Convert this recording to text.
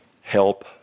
help